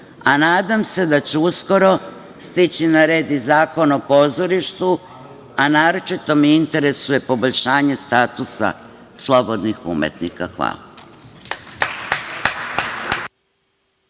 a nadam se da će uskoro stići na red zakon o pozorištu, a naročito me interesuje poboljšanje statusa slobodnih umetnika. Hvala.